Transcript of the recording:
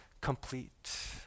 complete